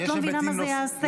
את לא מבינה מה זה יעשה,